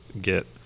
get